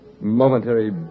momentary